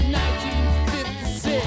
1956